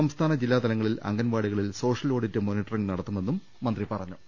സംസ്ഥാന ജില്ലാ തലങ്ങളിൽ അംഗൻവാടികളിൽ സോഷ്യൽ ഓഡിറ്റ് മോണിറ്ററിങ് നടത്തുമെന്ന് മന്ത്രി പറഞ്ഞു